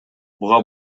буга